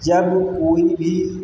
जब कोई भी